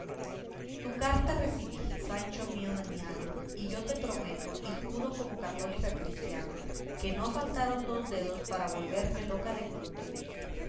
tu carta recibí sancho mío de mi alma y yo te prometo y juro como católica cristiana que no faltaron dos dedos para volverme loca de contento